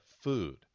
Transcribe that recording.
food